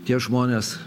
tie žmonės